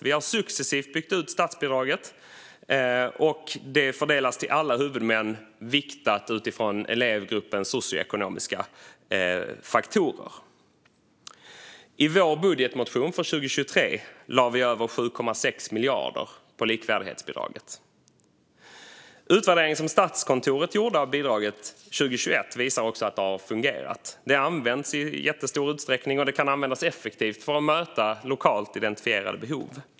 Vi har successivt byggt ut statsbidraget, och det fördelas till alla huvudmän viktat utifrån elevgruppens socioekonomiska faktorer. I vår budgetmotion för 2023 lade vi över 7,6 miljarder på likvärdighetsbidraget. Den utvärdering som Statskontoret gjorde av bidraget 2021 visar att det har fungerat. Det används i jättestor utsträckning, och det kan användas effektivt för att möta lokalt identifierade behov.